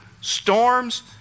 storms